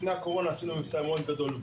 לפני הקורונה עשינו מבצע מאוד גדול בנגב,